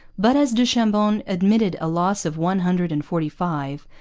but as du chambon admitted a loss of one hundred and forty-five,